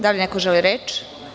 Da li neko želi reč?